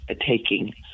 taking